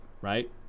Right